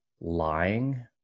lying